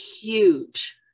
huge